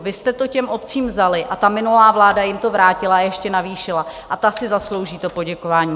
Vy jste to těm obcím vzali a ta minulá vláda jim to vrátila a ještě navýšila a ta si zaslouží to poděkování.